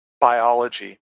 biology